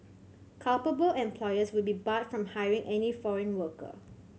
culpable employers will be barred from hiring any foreign worker